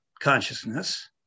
consciousness